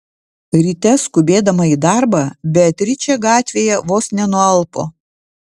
ryte skubėdama į darbą beatričė gatvėje vos nenualpo